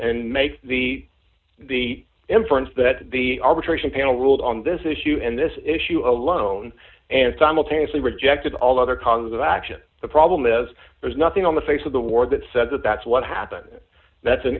and make the the inference that the arbitration panel ruled on this issue and this issue alone and simultaneously rejected all other causes of action the problem is there's nothing on the face of the war that says that that's what happened that's an